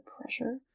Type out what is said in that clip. pressure